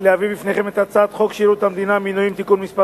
להביא בפניכם את הצעת חוק שירות המדינה (מינויים) (תיקון מס'